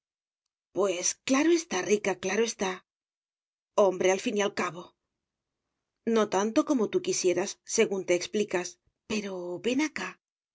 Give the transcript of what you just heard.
pues claro está rica claro está hombre al fin y al cabo no tanto como tú quisieras según te explicas pero ven acá